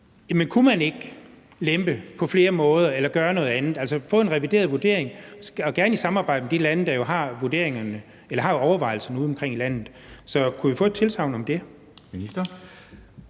om ikke man kunne lempe på flere måder eller gøre noget andet, altså få en revideret vurdering og gerne i samarbejde med de lande, der jo har overvejelserne udeomkring i verden. Så kunne vi få et tilsagn om det?